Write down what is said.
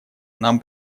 нам